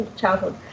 childhood